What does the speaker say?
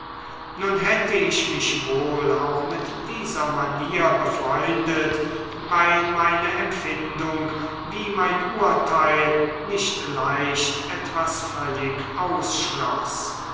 nun hätte ich mich wohl auch mit dieser manier befreundet weil meine empfindung wie mein urteil nicht leicht etwas völlig